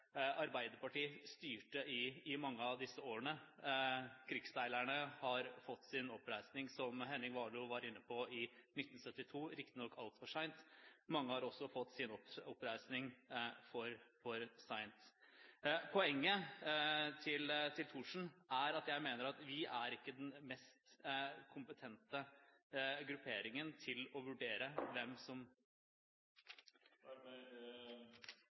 Arbeiderpartiet styrte i mange av disse årene. Krigsseilerne har fått sin oppreisning, som Henning Warloe var inne på, i 1972, riktignok altfor seint. Mange har fått sin oppreisning for seint. Poenget til Thorsen er at jeg mener at vi ikke er den mest kompetente grupperingen til å vurdere hvem som … Dermed er taletiden over for Wickholm. Flere har